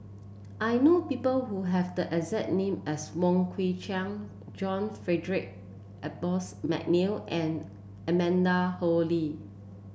I know people who have the exact name as Wong Kwei Cheong John Frederick Adolphus McNair and Amanda Koe Lee